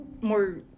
more